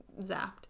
zapped